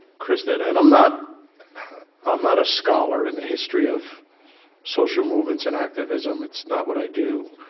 krista and i'm not um not a scholar in the history of social movements and activism. it's not what i do.